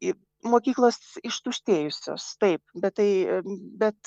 į mokyklos ištuštėjusios taip bet tai bet